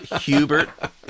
Hubert